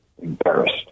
embarrassed